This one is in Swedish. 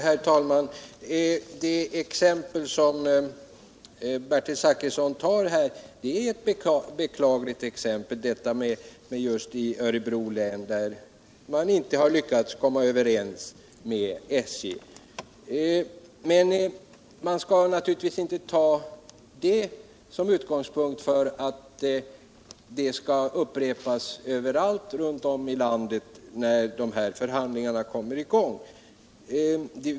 Herr talman! Det exempel som Bertil Zachrisson pekar på är beklagligt — alltså detta att man i Örebro län inte lyckats komma överens med SJ. Men vi skall naturligtvis inte ta detta som utgångspunkt för att det skall upprepas runt om i landet, när förhandlingarna kommer i gång.